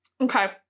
Okay